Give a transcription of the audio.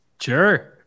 sure